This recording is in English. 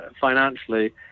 financially